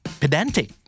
pedantic